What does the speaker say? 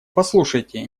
послушайте